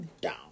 down